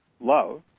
love